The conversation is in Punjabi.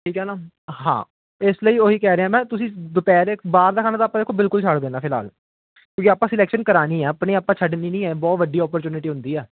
ਠੀਕ ਹੈ ਨਾ ਹਾਂ ਇਸ ਲਈ ਉਹੀ ਕਹਿ ਰਿਹਾ ਮੈਂ ਤੁਸੀਂ ਦੁਪਹਿਰੇ ਬਾਹਰ ਦਾ ਖਾਣਾ ਤਾਂ ਆਪਾਂ ਦੇਖੋ ਬਿਲਕੁਲ ਛੱਡ ਦਿੰਦਾ ਫ਼ਿਲਹਾਲ ਕਿਉਂਕਿ ਆਪਾਂ ਸਲੈਕਸ਼ਨ ਕਰਾਉਣੀ ਆ ਆਪਣੀ ਆਪਾਂ ਛੱਡ ਦੀ ਨਹੀਂ ਹੈ ਬਹੁਤ ਵੱਡੀ ਓਪੋਰਚਨਿਟੀ ਹੁੰਦੀ ਆ